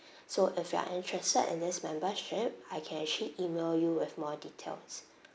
so if you are interested in this membership I can actually email you with more details